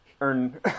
earn